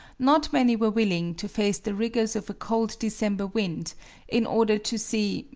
not many were willing to face the rigors of a cold december wind in order to see,